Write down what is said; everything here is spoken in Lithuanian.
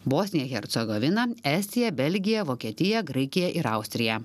bosniją hercegoviną estiją belgiją vokietiją graikiją ir austriją